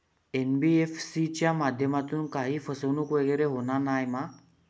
NBFC च्या माध्यमातून काही फसवणूक वगैरे होना नाय मा?